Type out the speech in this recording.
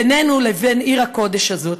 בינינו לבין עיר הקודש הזאת,